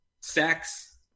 sex